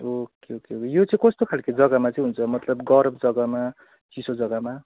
okay okay यो चाहिँ कस्तो खालके जग्गामा चाहिँ हुन्छ मतलब गरम जग्गामा चिसो जग्गामा